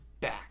back